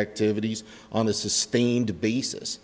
activities on a sustained basis